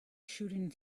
shooting